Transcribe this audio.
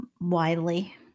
Widely